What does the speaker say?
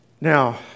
Now